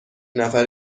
نفر